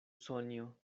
sonjo